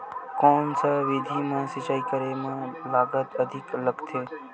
कोन सा विधि म सिंचाई करे म लागत अधिक लगथे?